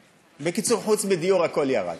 בקיצור, חוץ מדיור הכול ירד